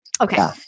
Okay